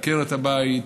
עקרת הבית,